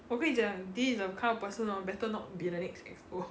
我跟你讲 this is the kind of person hor better not be in the next EXCO